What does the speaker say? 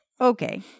Okay